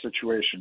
situation